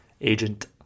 Agent